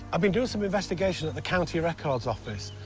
i've been doing some investigation in the county records office,